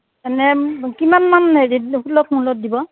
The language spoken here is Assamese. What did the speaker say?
এনেই কিমান মান হেৰিত সুলভ মূল্যত দিব